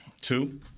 Two